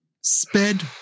sped